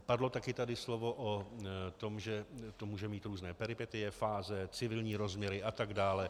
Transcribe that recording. Padlo tady taky slovo o tom, že to může mít různé peripetie, fáze, civilní rozměry atd.